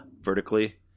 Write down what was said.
vertically